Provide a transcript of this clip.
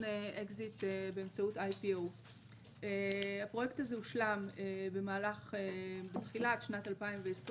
אקזיט באמצעות IPO. הפרויקט הזה הושלם בתחילת שנת 2020,